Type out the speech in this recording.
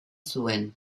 zuen